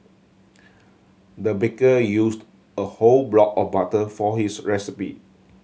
the baker used a whole block of butter for his recipe